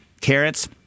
carrots